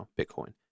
Bitcoin